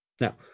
Now